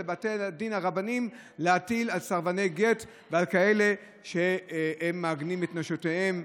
לבתי הדין הרבניים להטיל על סרבני גט ועל כאלה שמעגנים את נשותיהם,